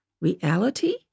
reality